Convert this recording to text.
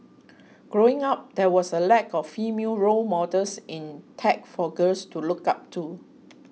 growing up there was a lack of female role models in tech for girls to look up to